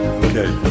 okay